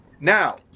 Now